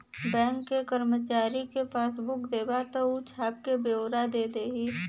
bank के करमचारी के पासबुक देबा त ऊ छाप क बेओरा दे देई